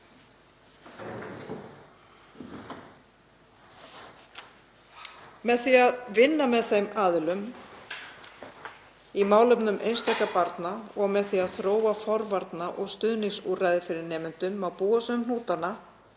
með því að vinna með þeim aðilum í málefnum einstakra barna og með því að þróa forvarna- og stuðningsúrræði fyrir nemendur og búa svo um hnútana